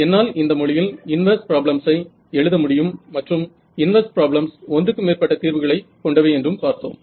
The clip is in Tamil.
என்னால் இந்த மொழியில் இன்வர்ஸ் ப்ராப்ளம்ஸ்சை எழுத முடியும் மற்றும் இன்வர்ஸ் ப்ராப்ளம்ஸ் ஒன்றுக்கு மேற்பட்ட தீர்வுகளை கொண்டவை என்றும் பார்த்தோம்